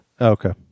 Okay